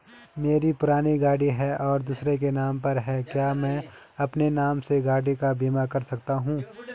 मेरी पुरानी गाड़ी है और दूसरे के नाम पर है क्या मैं अपने नाम से गाड़ी का बीमा कर सकता हूँ?